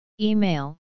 Email